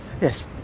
Yes